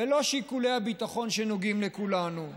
ולא שיקולי הביטחון שנוגעים לכולנו.